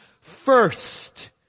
first